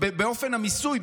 באופן המיסוי,